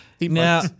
Now